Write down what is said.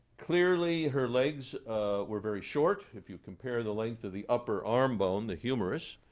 clearly her legs were very short. if you compare the length of the upper arm bone, the humerus,